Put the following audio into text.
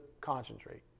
concentrate